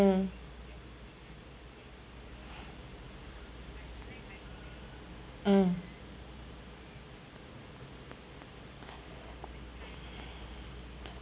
mm mm